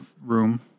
room